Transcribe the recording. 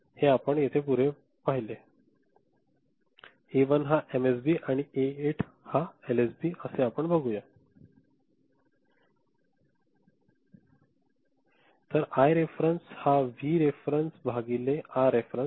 हे आपण येथे पूर्वी पाहिले आहे ए 1 हा एम एस बी आणि ए 8 हा एल एस बी असे आपण बघूया तर आय रेफरन्स हा व्ही रेफेरेंस बघिले आर रेफेरेंस